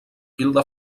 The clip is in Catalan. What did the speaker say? hilda